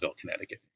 Connecticut